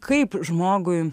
kaip žmogui